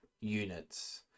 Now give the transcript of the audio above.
units